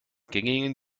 gängigen